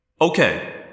Okay